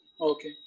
okay